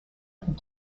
and